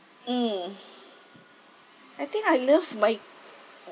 mm I think I love mike